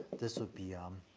this would be, um,